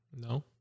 No